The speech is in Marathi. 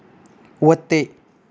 व्हते